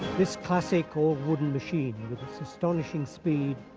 this classic, all-wooden machine with its astonishing speed,